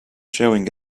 showing